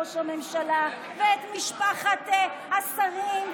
עד כמה לא צריך לתקוף את אשת ראש הממשלה ואת משפחת השרים,